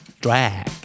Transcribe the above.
Drag